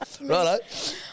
right